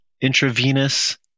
intravenous